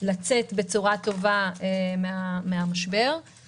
לצאת בצורה טובה מן המשבר.